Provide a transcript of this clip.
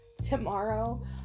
tomorrow